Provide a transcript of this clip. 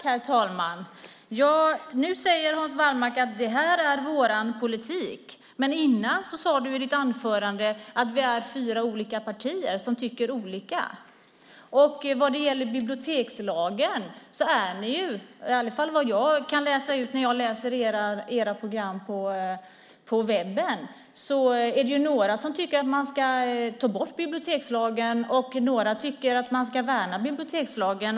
Herr talman! Hans Wallmark säger att det här är vår politik. I ditt anförande tidigare sade du att vi är fyra olika partier som tycker olika. Vad jag kan läsa ut av era program på webben tycker några att man ska ta bort bibliotekslagen, några tycker att man ska värna bibliotekslagen.